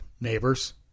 neighbors